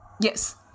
Yes